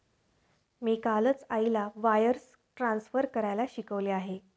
मी कालच आईला wires transfer करायला शिकवले आहे